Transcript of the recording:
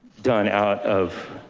done out of,